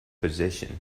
position